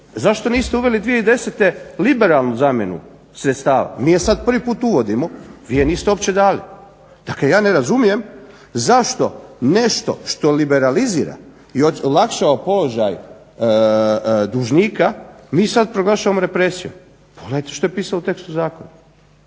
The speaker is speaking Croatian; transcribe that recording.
Zašto niste uveli 2010.liberalnu zamjenu sredstava? Mi je sada prvi put uvodimo, vi je niste uopće dali. Dakle ja ne razumijem zašto nešto što liberalizira i olakšava položaj dužnika mi sada proglašavamo represijom. Pogledajte što je pisalo u tekstu zakona.